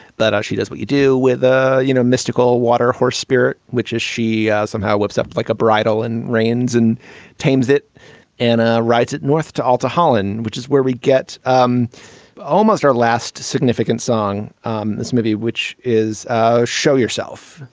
but she does what you do with, ah know, mystical water horse spirit, which is she ah somehow whips up like a bridle and reins and tames it and ah rides it north to alter holon, which is where we get um almost our last significant song, um this movie, which is ah show yourself